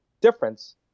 difference